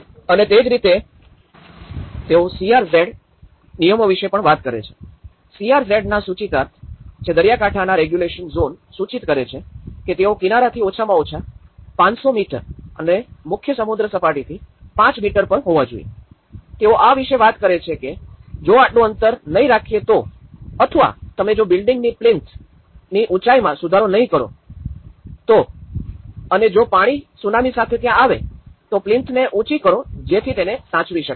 અને તે જ રીતે તેઓ સીઆરઝેડના નિયમો વિશે પણ વાત કરે છે સીઆરઝેડના સૂચિતાર્થ જે દરિયાકાંઠાના રેગ્યુલેશન ઝોન સૂચિત કરે છે કે તેઓ કિનારાથી ઓછામાં ઓછા ૫૦૦ મીટર અને મુખ્ય સમુદ્ર સપાટીથી ૫ મીટર પર હોવા જોઈએ તેઓ આ વિષે વાત કરે છે કે જો આટલું અંતર નઈ રાખીયે તો અથવા તમે જો બિલ્ડીંગની પ્લીન્થની ઉંચાઈમાં સુધારો નહિ કરો તો અને જો પાણી સુનામી સાથે ત્યાં આવે તો પ્લીન્થ ને ઉંચી કરો જેથી તેને સાંચવી શકાય